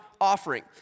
offering